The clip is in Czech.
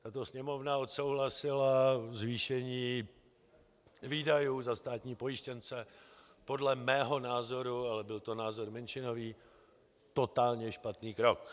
Tato Sněmovna odsouhlasila zvýšení výdajů za státní pojištěnce, podle mého názoru, ale byl to názor menšinový, totálně špatný krok.